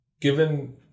Given